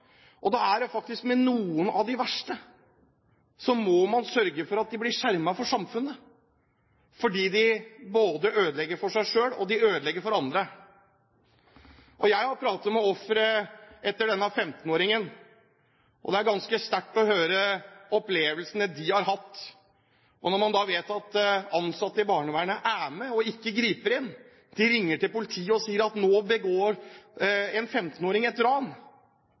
det gjelder noen av de verste, må man sørge for at de blir skjermet fra samfunnet, for de ødelegger både for seg selv, og de ødelegger for andre. Jeg har pratet med folk som har vært ofre for denne 15-åringen, og det er ganske sterkt å høre opplevelsene de har hatt. Når man vet at ansatte i barnevernet har vært med og ikke har grepet inn – de ringer til politiet og sier at en 15-åring begår et ran,